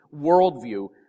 worldview